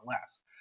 less